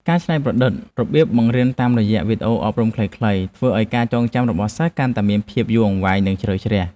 ការច្នៃប្រឌិតរបៀបបង្រៀនតាមរយៈវីដេអូអប់រំខ្លីៗធ្វើឱ្យការចងចាំរបស់សិស្សកាន់តែមានភាពយូរអង្វែងនិងជ្រៅជ្រះ។